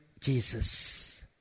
Jesus